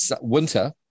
winter